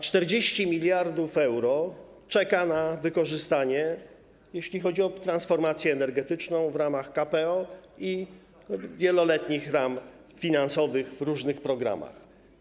40 mld euro czeka na wykorzystanie, jeśli chodzi o transformację energetyczną, w ramach KPO i wieloletnich ram finansowych w różnych programach.